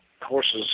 horses